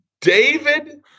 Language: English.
David